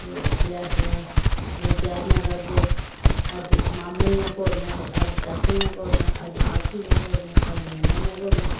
ते ब्याह् दियां त्यारियां करदे अज्ज मामें दियां घोड़ियां ते अज्ज चाचे दियां घोड़ियां अज्ज मासी दियां घोड़ियां ते अज्ज बूआ दियां घोड़ियां